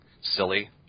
silly